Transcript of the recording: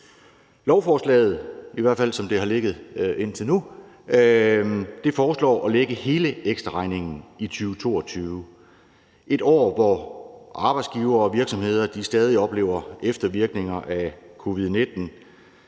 foreslås det, i hvert fald som det har ligget indtil nu, at lægge hele ekstraregningen i 2022; et år, hvor arbejdsgivere og virksomheder stadig oplever eftervirkninger af covid-19.